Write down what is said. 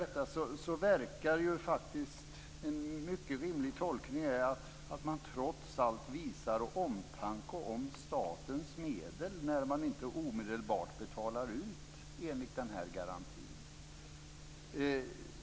Det verkar faktiskt som att en mycket rimlig tolkning är att man trots allt visar omtanke om statens medel när man inte omedelbart betalar ut enligt garantin.